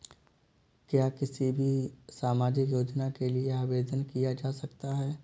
क्या किसी भी सामाजिक योजना के लिए आवेदन किया जा सकता है?